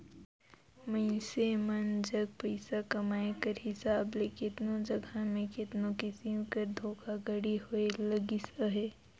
मइनसे मन जग पइसा कमाए कर हिसाब ले केतनो जगहा में केतनो किसिम कर धोखाघड़ी होए लगिस अहे